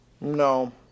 No